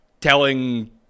telling